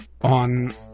on